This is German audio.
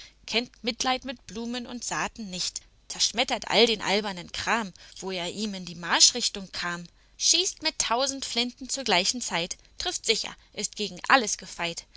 kennt mitleid mit blumen und saaten nicht zerschmettert all den albernen kram wo er ihm in die marschrichtung kam schießt mit tausend flinten zu gleicher zeit trifft sicher ist gegen alles gefeit